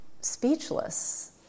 speechless